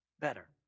better